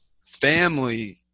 family